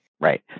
Right